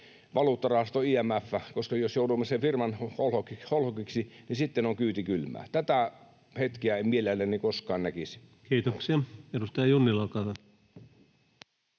valuuttarahasto IMF. Jos joudumme sen firman holhokiksi, niin sitten on kyyti kylmää. Tätä hetkeä en mielelläni koskaan näkisi. [Speech 158] Speaker: